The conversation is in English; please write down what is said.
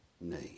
name